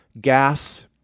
gas